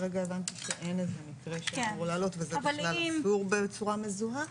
זה בכלל אסור בצורה מזוהה.